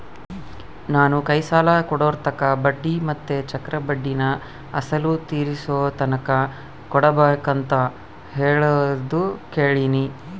ನಾನು ಕೈ ಸಾಲ ಕೊಡೋರ್ತಾಕ ಬಡ್ಡಿ ಮತ್ತೆ ಚಕ್ರಬಡ್ಡಿನ ಅಸಲು ತೀರಿಸೋತಕನ ಕೊಡಬಕಂತ ಹೇಳೋದು ಕೇಳಿನಿ